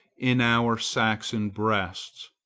in our saxon breasts.